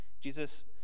Jesus